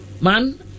man